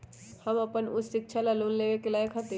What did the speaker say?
हम अपन उच्च शिक्षा ला लोन लेवे के लायक हती?